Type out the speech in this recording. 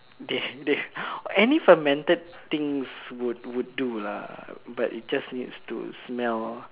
they they any fermented things would would do lah but it just need to smell